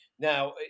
Now